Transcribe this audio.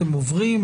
אתם עוברים?